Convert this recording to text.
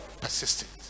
persistent